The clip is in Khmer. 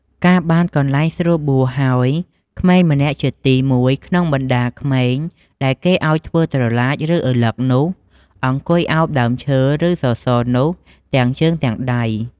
កាលបានកន្លែងស្រួលបួលហើយ ក្មេងម្នាក់ជាទី១ ក្នុងបណ្តាលក្មេង ដែលគេឲ្យធ្វើត្រឡាច ឬ ឪឡឹកនោះ អង្គុយឱបដើមឈើ ឬសសរនោះទាំងជើងទាំងដៃ។